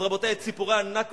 אז רבותי, את סיפורי ה"נכבה"